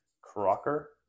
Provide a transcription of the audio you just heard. Crocker